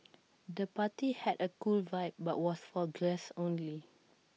the party had A cool vibe but was for guests only